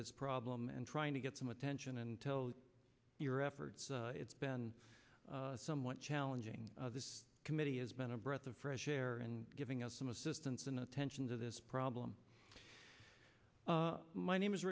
this problem and trying to get some attention until your efforts it's been somewhat challenging this committee has been a breath of fresh air and giving us some assistance in attention to this problem my name is